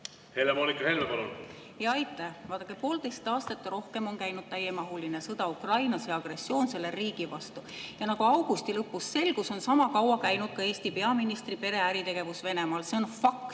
Helle-Moonika Helme, palun! Aitäh! Vaadake, poolteist aastat ja rohkem on käinud täiemahuline sõda Ukrainas ja agressioon selle riigi vastu. Ja nagu augusti lõpus selgus, on sama kaua käinud ka Eesti peaministri pere äritegevus Venemaal. See on fakt,